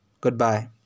goodbye